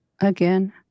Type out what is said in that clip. again